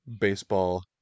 baseball